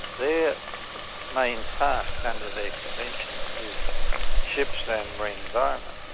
their main task under their convention is ships and marine environment.